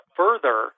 further